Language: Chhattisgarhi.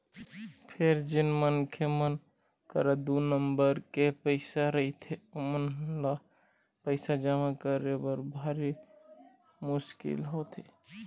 फेर जेन मनखे मन करा दू नंबर के पइसा रहिथे ओमन ल पइसा जमा करे म भारी मुसकिल होथे